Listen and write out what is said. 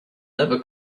never